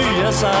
yes